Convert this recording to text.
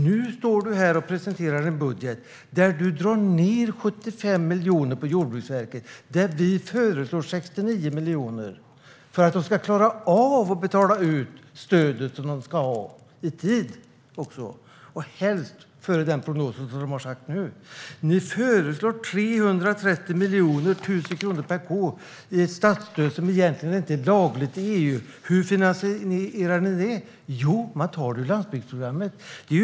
Nu står du här, Magnus Oscarsson, och presenterar en budget där ni drar ned med 75 miljoner på Jordbruksverket, där vi föreslår 69 miljoner för att de ska klara av att betala ut stöden till mjölkbönderna i tid och helst tidigare än vad som sägs i deras prognos. Ni föreslår 330 miljoner kronor - 1 000 kronor per ko - i statsstöd, vilket egentligen inte är lagligt enligt EU. Hur finansierar ni det? Jo, ni tar det från Landsbygdsprogrammet.